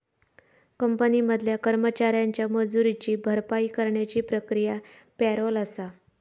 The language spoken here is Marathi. कंपनी मधल्या कर्मचाऱ्यांच्या मजुरीची भरपाई करण्याची प्रक्रिया पॅरोल आसा